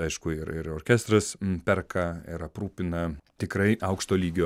aišku ir ir orkestras perka ir aprūpina tikrai aukšto lygio